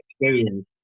experience